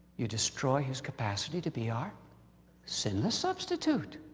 you destroy his capacity to be our sinless substitute.